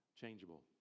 changeable